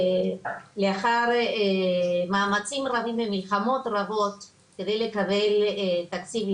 לאחר מאמצים רבים ומלחמות רבות כדי לקבל תקציב,